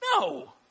No